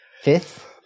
Fifth